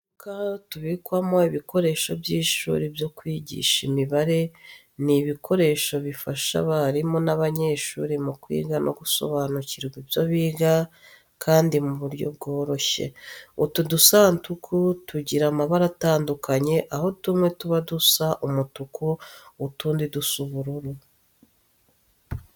Udusanduka tubikwamo ibikoresho by'ishuri byo kwigisha imibare, ni ibikoresho bifasha abarimu n'abanyehsuri mu kwiga no gusobanukirwa ibyo biga kandi mu buryo bworoshye. Utu dusanduku tugira amabara atandukanye aho tumwe tuba dusa umutuku, utundi dusa ubururu.